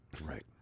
Right